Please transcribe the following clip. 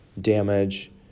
damage